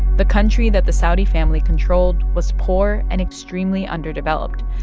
the country that the saudi family controlled was poor and extremely underdeveloped.